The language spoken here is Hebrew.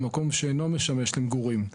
במקום שאינו משמש למגורים.